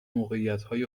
موقعیت